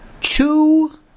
Two